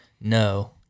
no